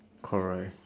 correct